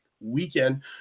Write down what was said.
weekend